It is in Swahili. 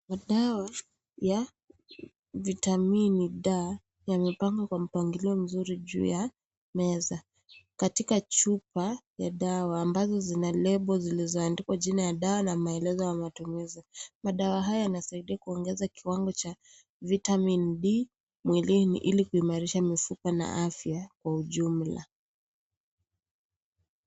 Madawa ya vitamini D yamepangwa kwa mpangilio mzuri juu ya meza, Katika chupa ya dawa ambazo zina label zilizoandikwa jina ya dawa na maelezo ya matumizi. Madawa haya yanasaidia kuongeza kiwango cha vitamin D mwilini Ili kuimarisha mifupa na afya kwa ujumla.